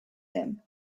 him